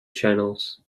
channels